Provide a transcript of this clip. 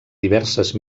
diverses